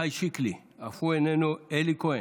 חבר הכנסת עמיחי שיקלי, איננו, אלי כהן,